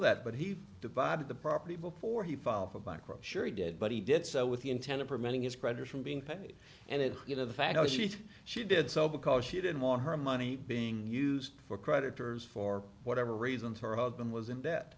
that but he divided the property before he file for bankruptcy sure he did but he did so with the intent of preventing his creditors from being paid and if you know the fact sheet she did so because she didn't want her money being used for creditors for whatever reasons her husband